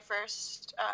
first